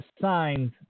signed